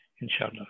inshallah